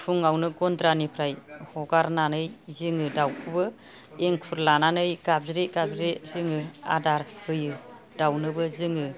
फुङावनो गन्द्रानिफ्राय हगारनानै जोङो दावखौबो इंखुर लानानै गाबज्रि गाबज्रि जोङो आदार होयो दावनोबो जोङो